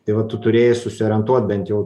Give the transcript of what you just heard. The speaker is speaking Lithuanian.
tai va tu turėjai susiorientuot bent jau